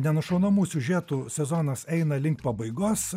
nenušaunamų siužetų sezonas eina link pabaigos